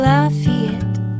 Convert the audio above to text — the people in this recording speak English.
Lafayette